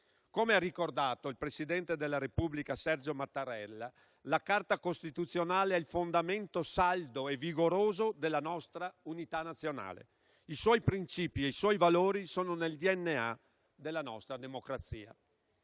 Come ha ricordato il presidente della Repubblica Sergio Mattarella, la Carta costituzionale è il fondamento saldo e vigoroso della nostra unità nazionale. I suoi principi e i suoi valori sono nel DNA della nostra democrazia.